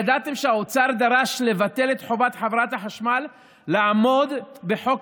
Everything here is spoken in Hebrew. ידעתם שהאוצר דרש לבטל את חובת חברת החשמל לעמוד בחוק